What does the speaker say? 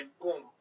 boom